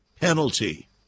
penalty